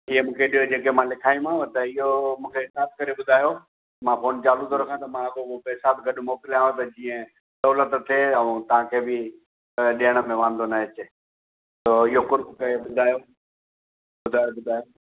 इहो मूंखे ॾियो जेके मां लिखांईमांव त इहो मूंखे हिसाबु करे ॿुधायो मां फ़ोन चालू थो रखां त मां अॻोपो पैसा बि गॾु थो मोकिलियांव त जीअं सहूलियत थिए ऐं तव्हांखे बि ॾियण में वांदो न अचे थोरो इहो क़ुर्बु करे ॿुधायो ॿुधायो ॿुधायो